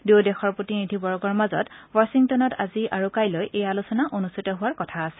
দুয়ো দেশৰ প্ৰতিনিধিবৰ্গৰ মাজত ৱাছিংটনত আজি আৰু কাইলৈ এই আলোচনা অনুষ্ঠিত হোৱাৰ কথা আছে